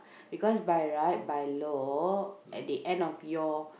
because by right by law at the end of your